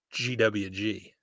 gwg